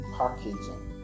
packaging